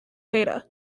data